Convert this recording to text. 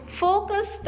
focus